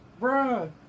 Bruh